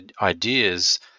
ideas